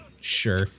sure